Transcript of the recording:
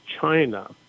China